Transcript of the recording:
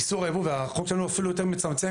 איסור הייבוא והחוק שלנו אפילו יותר מצמצם,